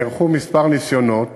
נערכו כמה ניסיונות